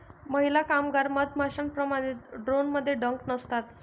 महिला कामगार मधमाश्यांप्रमाणे, ड्रोनमध्ये डंक नसतात